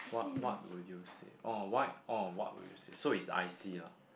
what what will you say oh why oh what will you say so is I_C lah